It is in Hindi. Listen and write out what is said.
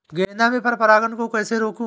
गेंदा में पर परागन को कैसे रोकुं?